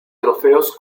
trofeos